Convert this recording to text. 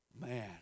Man